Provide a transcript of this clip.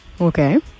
okay